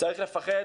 צריך לפחד